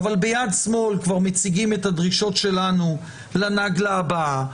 אבל ביד שמאל כבר מציגים את הדרישות לנגלה הבאה,